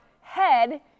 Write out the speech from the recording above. head